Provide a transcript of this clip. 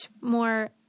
more